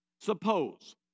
Suppose